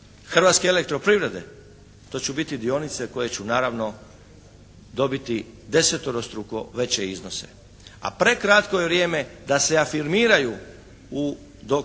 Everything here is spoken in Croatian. Hrvatske elektroprivrede, to će biti dionice koje će naravno dobiti deseterostruko veće iznose. A prekratko je vrijeme da se afirmiraju do sredine